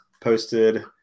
posted